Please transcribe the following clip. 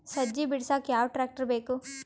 ಸಜ್ಜಿ ಬಿಡಸಕ ಯಾವ್ ಟ್ರ್ಯಾಕ್ಟರ್ ಬೇಕು?